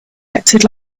acted